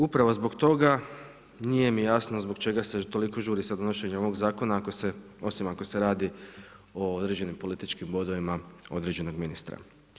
Upravo zbog toga nije mi jasno zbog čega se toliko žuri sa donošenjem ovog zakona, osim ako se radi o određenim političkim bodovima određenog ministra.